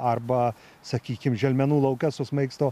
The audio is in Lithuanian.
arba sakykim želmenų lauke susmaigsto